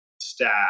staff